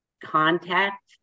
contact